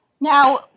Now